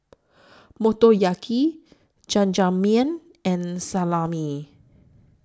Motoyaki Jajangmyeon and Salami